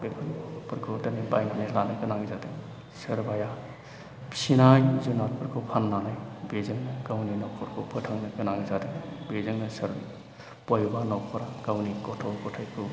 बेफोरखौ दिनै बायनानै लानो गोनां जादों सोरबाया फिसिनाय जुनारफोरखौ फाननानै बेजोंनो गावनि न'खरखौ फोथांनो गोनां जादों बेजोंनो बबेबा न'खरा गावनि गथ' गथायखौ